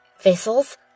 Vessels